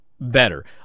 Better